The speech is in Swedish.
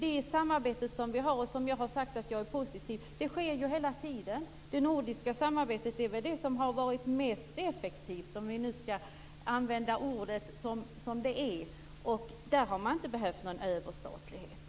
Det samarbete som finns och som jag har sagt att jag är positiv till bedrivs ju hela tiden. Det som har varit mest effektivt är väl det nordiska samarbetet, och i det sammanhanget har man inte behövt någon överstatlighet.